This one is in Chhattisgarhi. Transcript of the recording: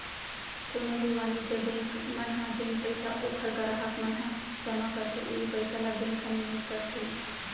कोनो भी वाणिज्य बेंक मन ह जेन पइसा ओखर गराहक मन ह जमा करथे उहीं पइसा ल बेंक ह निवेस करथे